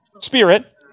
Spirit